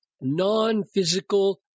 non-physical